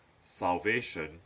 Salvation